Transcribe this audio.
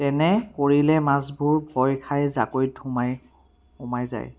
তেনে কৰিলে মাছবোৰ ভয় খাই জাকৈত সোমায় সোমাই যায়